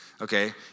Okay